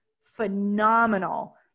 phenomenal